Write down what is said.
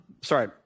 sorry